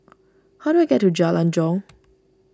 how do I get to Jalan Jong